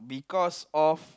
because of